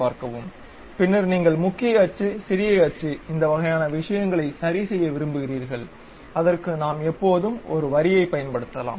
பின்னர் நீங்கள் முக்கிய அச்சு சிறிய அச்சு இந்த வகையான விஷயங்களை சரிசெய்ய விரும்புகிறீர்கள் அத்ற்க்கு நாம் எப்போதும் ஒரு வரியைப் பயன்படுத்தலாம்